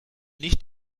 nicht